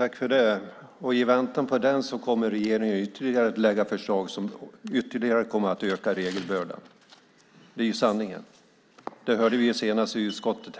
Herr talman! I väntan på den kommer regeringen att lägga fram förslag som ytterligare ökar regelbördan. Det är sanningen. Senast häromdagen hörde vi i utskottet